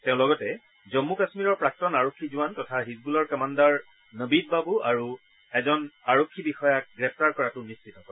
তেওঁ লগতে জম্ম কাশ্মীৰৰ প্ৰাক্তন আৰক্ষী জোৱান তথা হিজবুলৰ কমাণ্ডাৰ নবিদ বাবু আৰু এজন আৰক্ষী বিষয়াক গ্ৰেপ্তাৰ কৰাটো নিশ্চিত কৰে